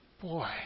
Boy